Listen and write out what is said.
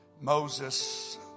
Moses